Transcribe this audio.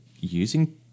Using